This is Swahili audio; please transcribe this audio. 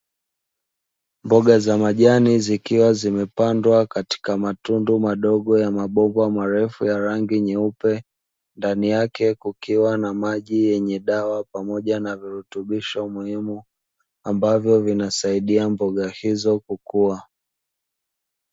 Mboga za majani zikiwa zimepandwa katika matundu madogo ya mabomba marefu ya rangi nyeupe ndani yake kukiwa na maji yenye dawa pamoja na virutubisho maalumu, ambavyo vinasaidia mboga hizo kukua.